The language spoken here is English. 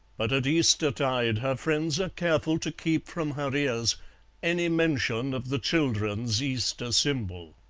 but at eastertide her friends are careful to keep from her ears any mention of the children's easter symbol.